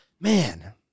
man